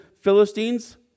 Philistines